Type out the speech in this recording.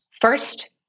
First